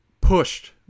pushed